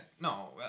no